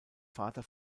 vater